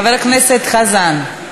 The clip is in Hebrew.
חבר הכנסת חזן,